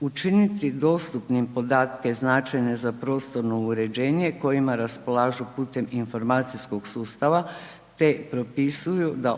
učiniti dostupnim podatke značajne za prostorno uređenje kojima raspolažu putem informacijskog sustava, te propisuju da